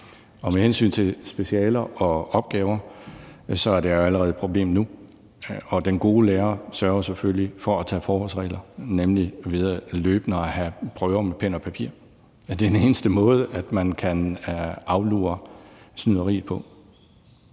Og med hensyn til specialer og opgaver er det allerede et problem nu, og den gode lærer sørger selvfølgelig for at tage forholdsregler, nemlig ved løbende at have prøver med pen og papir. Det er den eneste måde, man kan aflure snyderi på.